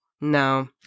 No